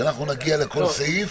כשאנחנו נגיע לכל סעיף,